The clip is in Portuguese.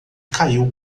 caiu